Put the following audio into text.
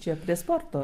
čia prie sporto